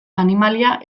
animalia